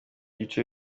bice